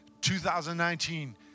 2019